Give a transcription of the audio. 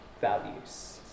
values